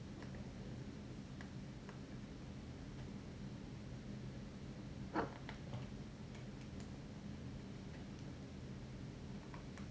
park